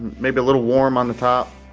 maybe a little warm on the top.